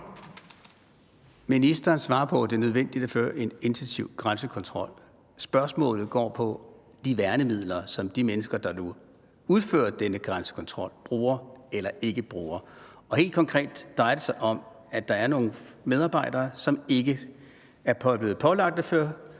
Ministeren svarer på, at det er nødvendigt at have en intensiv grænsekontrol. Men spørgsmålet går på de værnemidler, som de mennesker, der nu udfører denne grænsekontrol, bruger eller ikke bruger. Helt konkret drejer det sig om, at der er nogle medarbejdere, som ikke er blevet pålagt at